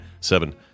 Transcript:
seven